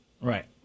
Right